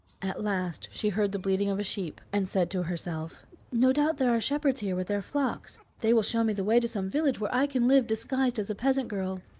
at last she heard the bleating of a sheep, and said to herself no doubt there are shepherds here with their flocks they will show me the way to some village where i can live disguised as a peasant girl.